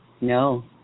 No